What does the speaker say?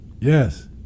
Yes